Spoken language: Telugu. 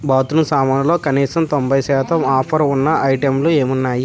బాత్రూమ్ సామానులో కనీసం తొంబై శాతం ఆఫరు ఉన్న ఐటెంలు ఏమున్నాయి